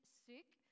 sick